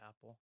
apple